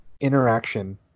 interaction